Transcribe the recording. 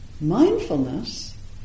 Mindfulness